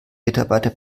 mitarbeiter